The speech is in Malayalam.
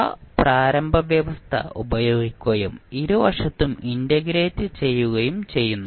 ആ പ്രാരംഭ വ്യവസ്ഥ ഉപയോഗിക്കുകയും ഇരുവശത്തും ഇന്റഗ്രേറ്റ് നടത്തുകയും ചെയ്യുന്നു